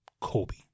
Kobe